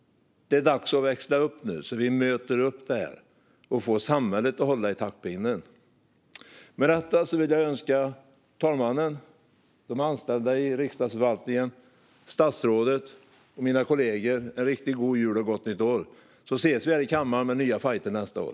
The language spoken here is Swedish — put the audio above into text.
Det är dags att växla upp nu så vi möter detta och får samhället att hålla i taktpinnen. Därmed vill jag önska talmannen, de anställda i Riksdagsförvaltningen, statsrådet och mina kollegor en riktigt god jul och ett gott nytt år. Vi ses här i kammaren för nya fajter nästa år.